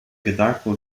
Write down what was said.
gedanken